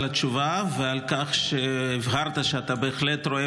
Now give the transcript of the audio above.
על התשובה ועל כך שהבהרת שאתה בהחלט רואה